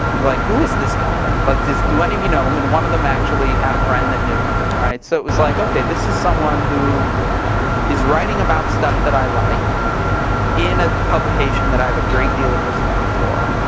like, who is this guy? like do any of you know him? and one of them actually had a friend that knew him. so it was like, ok, this is someone who is writing about stuff that i like in a publication that i have a great deal of respect for.